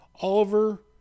Oliver